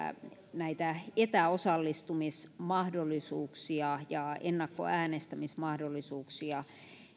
näitä etäosallistumismahdollisuuksia ja ennakkoäänestämismahdollisuuksia